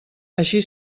així